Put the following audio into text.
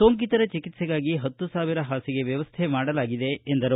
ಸೋಂಕಿತರ ಚಿಕಿತ್ಸೆಗಾಗಿ ಪತ್ತು ಸಾವಿರ ಹಾಸಿಗೆ ವ್ಯವಸ್ಥೆ ಮಾಡಲಾಗಿದೆ ಎಂದರು